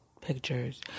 pictures